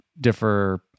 differ